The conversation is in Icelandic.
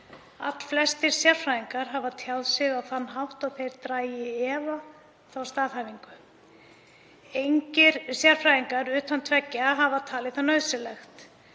Allflestir sérfræðingar hafa tjáð sig á þann hátt að þeir dragi í efa þá staðhæfingu. Engir sérfræðingar utan tveggja hafa talið það nauðsynlegt.